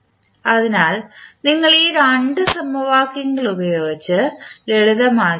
അതിനാൽ നിങ്ങൾ ഈ 2 സമവാക്യങ്ങൾ ഉപയോഗിച്ച് ലളിതം ആക്കിയാൽ